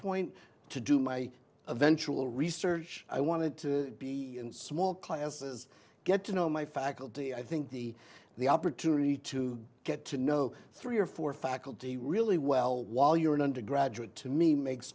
point to do my eventual research i wanted to be in small classes get to know my faculty i think the the opportunity to get to know three or four faculty really well while you're an undergraduate to me makes